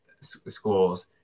schools